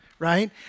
right